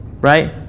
Right